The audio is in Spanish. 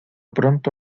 pronto